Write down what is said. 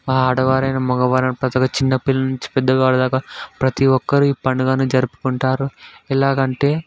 ఆడవారైనా మగవారైనా ప్రతిఒక్కరూ చిన్నపిల్లలు నుంచి పెద్దవారు దాకా ప్రతిఒక్కరూ ఈ పండుగను జరుపుకుంటారు ఎలాగంటే